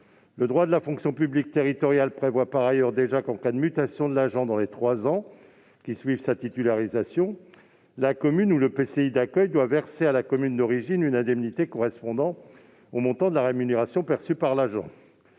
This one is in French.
Le droit de la fonction publique territoriale prévoit par ailleurs déjà que, en cas de mutation de l'agent dans les trois ans qui suivent sa titularisation, la commune ou l'EPCI d'accueil doit verser à la commune d'origine une indemnité correspondant au montant de la rémunération perçue par l'agent.